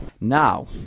Now